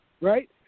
right